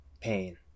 pain